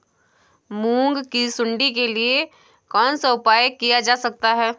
मूंग की सुंडी के लिए कौन सा उपाय किया जा सकता है?